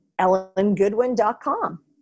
Ellengoodwin.com